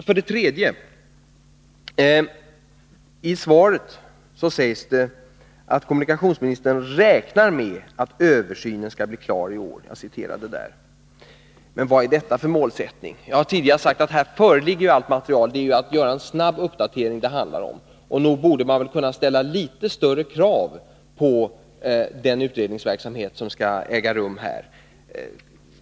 För det tredje: I svaret sägs att kommunikationsministern ”räknar med att översynen skall bli klar i år”. Men vad är detta för målsättning? Jag har tidigare sagt att här föreligger ju allt material — det handlar om att göra en snabb uppdatering. Och nog borde man väl kunna ställa litet större krav på den utredningsverksamhet som skall äga rum.